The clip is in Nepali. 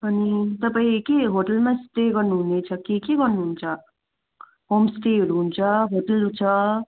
अनि तपाईँ के होटलमा स्टे गर्नु हुनेछ कि के गर्नुहुन्छ होमस्टेहरू हुन्छ होटेल छ